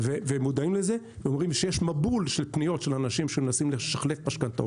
ומודעים לזה ואומרים שיש מבול של פניות של אנשים שמנסים לחלט משכנתאות,